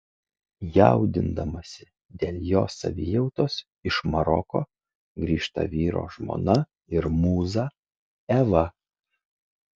jaudindamasi dėl jo savijautos iš maroko grįžta vyro žmona ir mūza eva